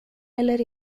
eller